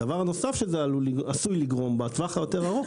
הדבר הנוסף שזה עשוי לגרום בטווח היותר רחוק,